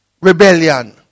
rebellion